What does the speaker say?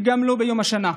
וגם לא ביום השנה.